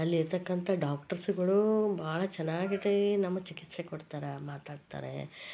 ಅಲ್ಲಿರ್ತಕ್ಕಂಥ ಡಾಕ್ಟ್ರಸ್ಗಳೂ ಭಾಳ ಚೆನ್ನಾಗಿ ನಮಗೆ ಚಿಕಿತ್ಸೆ ಕೊಡ್ತಾರೆ ಮಾತಾಡ್ತಾರೆ